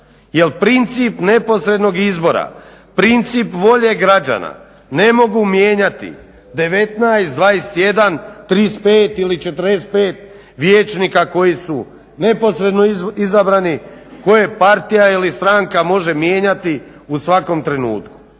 princip neposrednog izbora, princip volje građana ne mogu mijenjati 19, 21, 35 ili 45 vijećnika koji su neposredno izabrani, koje partija ili stranka može mijenjati u svakom trenutku.